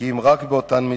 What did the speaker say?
כי אם רק באותן מתחזות.